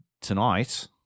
tonight